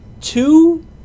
two